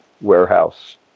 warehouse